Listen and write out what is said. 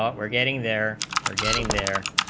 ah we're getting there are getting their